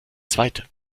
zweite